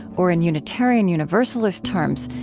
or in unitarian universalist terms,